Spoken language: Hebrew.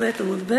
סב ע"ב,